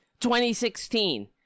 2016